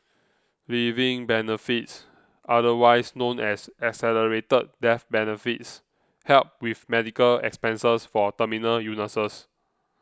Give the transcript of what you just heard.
living benefits otherwise known as accelerated death benefits help with medical expenses for terminal illnesses